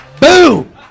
Boom